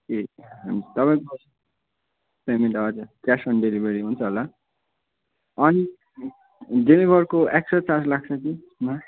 ए तपाईँको पेमेन्ट हजुर cash on delivery हुन्छ होला अनि डेलिभरको एक्सट्रा चार्ज लाग्छ कि त्यसमा